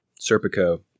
Serpico